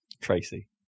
Tracy